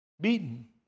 Beaten